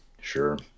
Sure